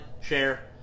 share